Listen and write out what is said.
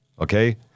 Okay